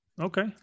Okay